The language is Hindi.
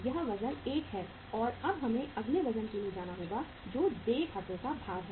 यह वजन 1 है और अब हमें अगले वजन के लिए जाना होगा जो देय खातों का भार है